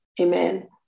Amen